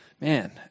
Man